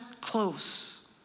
close